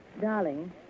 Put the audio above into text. Darling